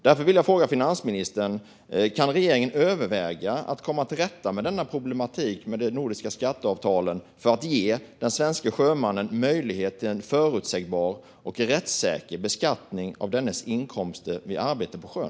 Därför vill jag fråga finansministern: Kan regeringen överväga att komma till rätta med denna problematik med de nordiska skatteavtalen för att ge den svenske sjömannen möjlighet till en förutsägbar och rättssäker beskattning av dennes inkomster vid arbete på sjön?